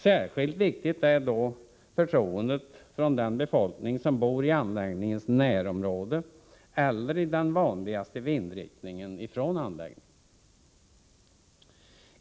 Särskilt viktigt är förtroendet från den befolkning som bor i anläggningens närområde eller i den vanligaste vindriktningen från den.